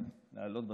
להעלות,